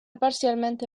parcialmente